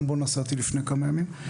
גם בו נסעתי לפני כמה ימים,